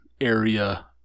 area